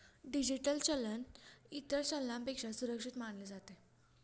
digital चलन इतर चलनापेक्षा सुरक्षित मानले जाते